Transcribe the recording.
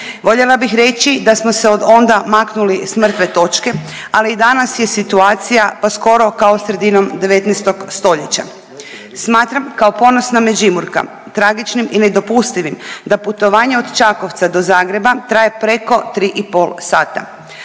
voljela bih reći da smo se od onda maknuli s mrtve točke, ali i danas je situacija pa skoro kao sredinom 19. stoljeća. Smatram kao ponosna Međimurka tragičnim i nedopustivim da putovanje od Čakovca do Zagreba traje preko 3,5 sata,